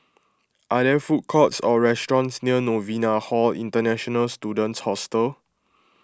are there food courts or restaurants near Novena Hall International Students Hostel